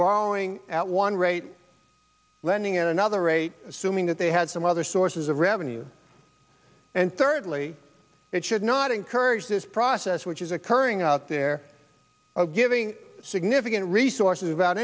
borrowing at one rate lending at another rate assuming that they had some other sources of revenue and thirdly it should not encourage this process which is occurring out there giving significant resources about